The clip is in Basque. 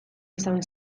izan